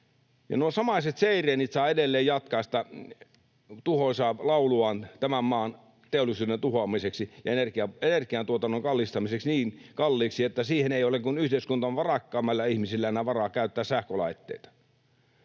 samaiset seireenit saavat edelleen jatkaa sitä tuhoisaa lauluaan tämän maan teollisuuden tuhoamiseksi ja energiantuotannon kallistamiseksi niin kalliiksi, että vain yhteiskunnan varakkaimmilla ihmisillä on enää varaa käyttää sähkölaitteita.